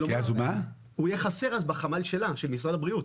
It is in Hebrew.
של משרד הבריאות.